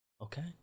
Okay